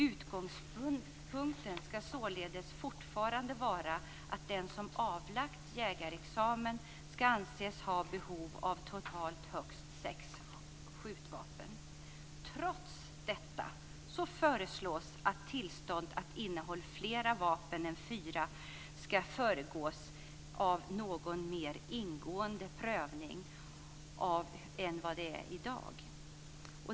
Utgångspunkten ska således fortfarande vara att den som avlagt jägarexamen ska anses ha behov av totalt högst sex skjutvapen. Trots detta föreslås att tillstånd att inneha fler vapen än fyra ska föregås av någon mer ingående prövning än den som sker i dag.